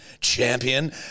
champion